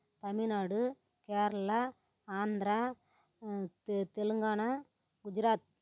தமிழ்நாடு கேரளா ஆந்திரா தெ தெலுங்கானா குஜராத்